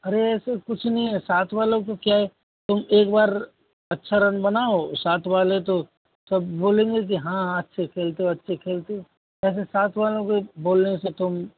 अरे ऐसे कुछ नहीं है साथ वालों को क्या है तुम एक बार अच्छा रन बनाओ साथ वाले तो सब बोलेंगे कि हाँ अच्छे खेलते हो अच्छे खेलते हो ऐसे साथ वालों के बोलने से तुम